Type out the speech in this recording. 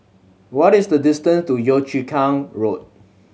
what is the distance to Yio Chu Kang Road